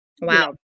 wow